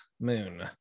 moon